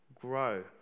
grow